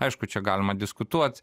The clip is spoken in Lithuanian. aišku čia galima diskutuot